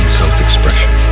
self-expression